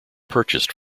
purchased